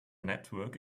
network